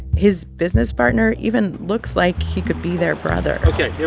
his business partner even looks like he could be their brother ok.